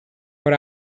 for